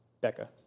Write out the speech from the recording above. Becca